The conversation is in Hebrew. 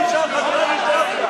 חבר הכנסת כץ.